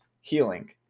healing